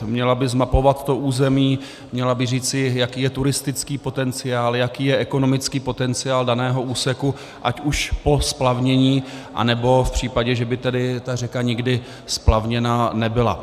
Měla by zmapovat to území, měla by říci, jaký je turistický potenciál, jaký je ekonomický potenciál daného úseku ať už po splavnění, nebo v případě, že by ta řeka nikdy splavněna nebyla.